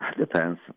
Depends